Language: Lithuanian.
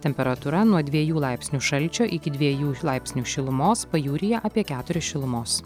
temperatūra nuo dviejų laipsnių šalčio iki dviejų laipsnių šilumos pajūryje apie keturis šilumos